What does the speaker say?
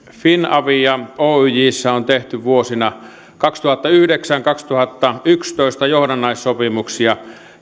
finavia oyjssä on tehty vuosina kaksituhattayhdeksän viiva kaksituhattayksitoista johdannaissopimuksia